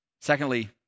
Secondly